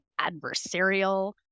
adversarial